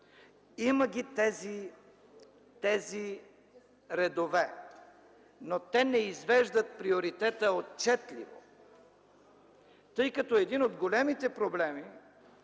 Има ги тези редове, но те не извеждат приоритет отчетливо, тъй като един от големите проблеми